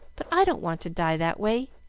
but i don't want to die that way.